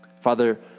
Father